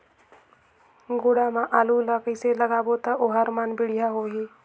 गोडा मा आलू ला कइसे लगाबो ता ओहार मान बेडिया होही?